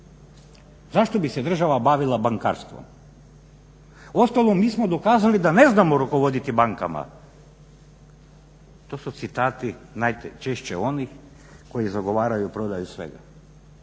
Zašto bi se država bavila bankarstvom? Uostalom mi smo dokazali da ne znamo rukovoditi bankama. To su citati najčešće onih koji zagovaraju prodaju svega.